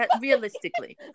Realistically